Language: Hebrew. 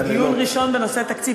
דיון ראשון בנושא התקציב.